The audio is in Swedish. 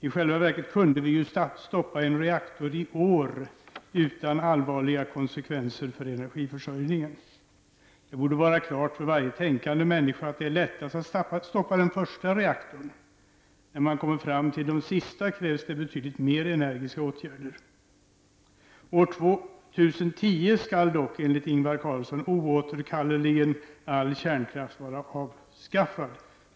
I själva verket kunde vi stoppa en reaktor i år utan allvarliga konsekvenser för energiförsörjningen. Det borde vara klart för varje tänkande människa att det är allra lättast att stoppa den första reaktorn. När man kommer fram till de sista krävs betydligt mer energiska åtgärder. År 2010 skall dock enligt Ingvar Carlsson oåterkalleligen all kärnkraft vara avskaffad.